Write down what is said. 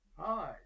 Hi